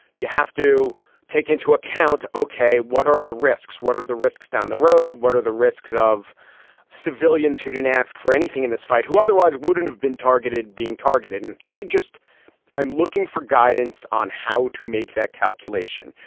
you have to take into account. ok. what are the risks? what are the risks down the road? what are the risks of civilians who don't ask for anything in this fight who otherwise wouldn't have been targeted being targeted? and i just i'm looking for guidance on how to make that calculation.